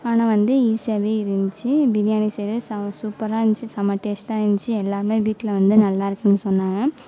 ஆனால் வந்து ஈசியாகவே இருந்துச்சு பிரியாணி செய்கிறது செம்ம சூப்பராக இருந்துச்சு செம்ம டேஸ்டாக இருந்துச்சு எல்லாம் வீட்டில் வந்து நல்லாயிருக்குனு சொன்னாங்க